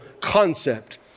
concept